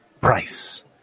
price